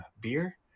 beer